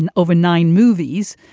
and over nine movies.